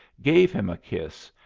gave him a kiss,